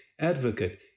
advocate